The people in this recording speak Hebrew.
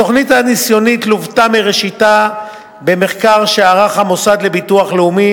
התוכנית הניסיונית לוותה מראשיתה במחקר שערך המוסד לביטוח לאומי